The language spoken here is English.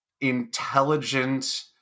intelligent